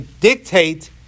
dictate